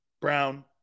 Brown